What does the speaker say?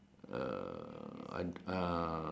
uh I uh